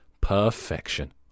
Perfection